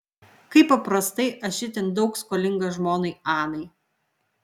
kaip paprastai aš itin daug skolingas žmonai anai